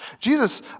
Jesus